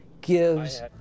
gives